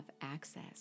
access